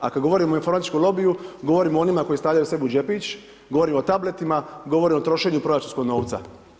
A kad govorimo o informatičkom lobiju, govorimo o onima koji stavljaju sebi u džepić, govorim o tabletima, govorim o trošenju proračunskog novca.